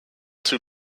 two